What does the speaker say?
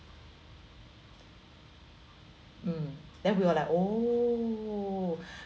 mm then we were like oh